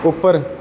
ਉੱਪਰ